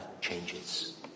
changes